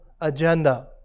agenda